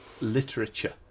literature